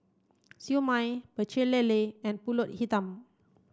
Siew Mai Pecel Lele and Pulut Hitam